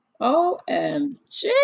OMG